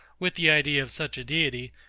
with the idea of such a deity,